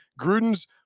Gruden's